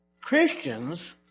Christians